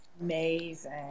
amazing